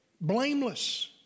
Blameless